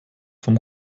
vom